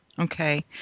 okay